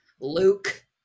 Luke